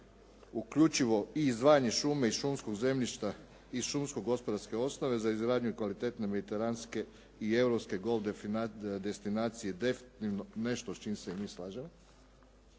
uključivo i izdvajanje šume i šumskog zemljišta iz šumsko-gospodarske osnove za izgradnju kvalitetne mediteranske i europske golf destinacije definitivno nešto s čim se mi slažemo,